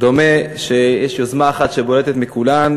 דומה שיש יוזמה אחת שבולטת מכולן,